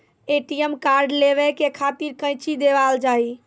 ATM card लेवे के खातिर कौंची देवल जाए?